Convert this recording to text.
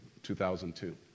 2002